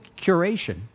curation